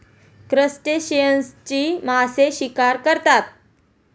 क्रस्टेशियन्सची मासे शिकार करतात